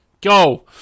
Go